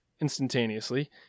instantaneously